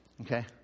okay